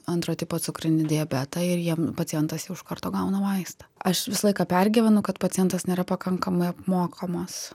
antro tipo cukrinį diabetą ir jiem pacientas jau iš karto gauna vaistą aš visą laiką pergyvenu kad pacientas nėra pakankamai apmokomas